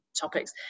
topics